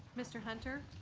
mr. hunter?